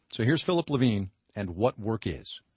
so here's philip levine and what work is.